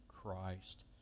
Christ